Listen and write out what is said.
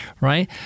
right